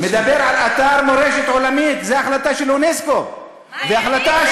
ההחלטה של אונסק"ו מדברת,